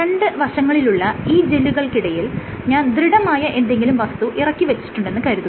രണ്ട് വശങ്ങളിലുള്ള ഈ ജെല്ലുകൾക്കിടയിൽ ഞാൻ ദൃഢമായ എന്തെങ്കിലും വസ്തു ഇറക്കിവെച്ചിട്ടുണ്ടെന്ന് കരുതുക